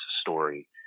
story